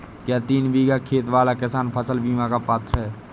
क्या तीन बीघा खेत वाला किसान फसल बीमा का पात्र हैं?